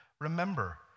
Remember